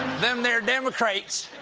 them there demo-crates